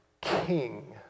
King